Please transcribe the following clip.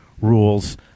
rules